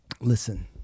Listen